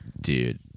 Dude